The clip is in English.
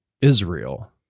Israel